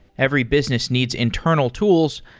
every business needs internal tools,